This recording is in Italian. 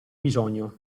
bisogno